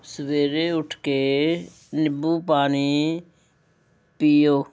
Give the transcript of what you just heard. ਸਵੇਰੇ ਉੱਠ ਕੇ ਨਿੰਬੂ ਪਾਣੀ ਪੀਓ